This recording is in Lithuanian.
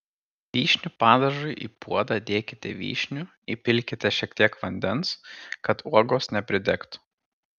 vyšnių padažui į puodą dėkite vyšnių įpilkite šiek tiek vandens kad uogos nepridegtų